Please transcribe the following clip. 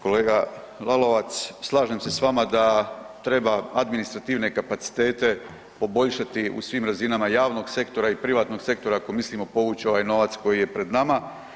Kolega Lalovac, slažem se s vama da treba administrativne kapacitete poboljšati u svim razinama javnog sektora i privatnog sektora ako mislimo povuć ovaj novac koji je pred nama.